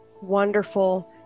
Wonderful